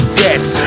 debts